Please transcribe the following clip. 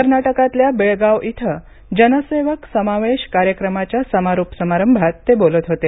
कर्नाटकातल्या बेळगाव इथं जनसेवक समावेश कार्यक्रमाच्या समारोप समारंभात बोलत होते